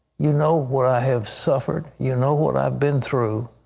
you know what i have suffered. you know what i've been through.